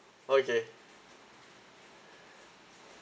okay